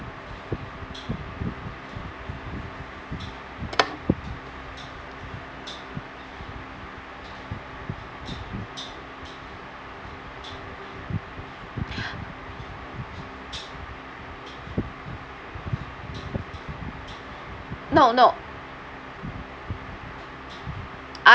no no I